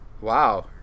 wow